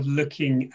looking